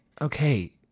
okay